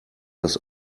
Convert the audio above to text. das